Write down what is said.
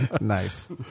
Nice